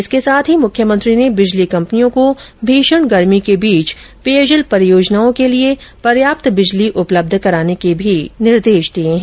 इसके साथ ही मुख्यमंत्री ने बिजली कंपनियों को भीषण गर्मी के बीच पेयजल परियाजनाओं के लिए पर्याप्त बिजली उपलब्ध कराने के भी निर्देश दिये है